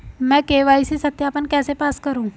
मैं के.वाई.सी सत्यापन कैसे पास करूँ?